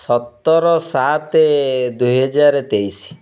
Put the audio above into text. ସତର ସାତ ଦୁଇହଜାର ତେଇଶ